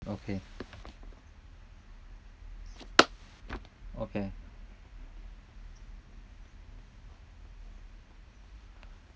okay okay